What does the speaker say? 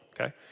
okay